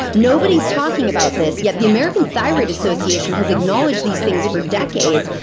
nobody is talking about this yet the american thyroid association has acknowledged these things for decades,